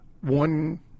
one